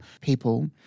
people